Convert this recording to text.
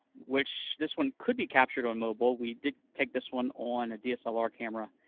which this one could be captured on mobile. we did take this one on a dslr camera,